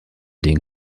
den